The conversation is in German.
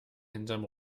hinterm